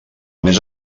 més